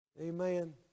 Amen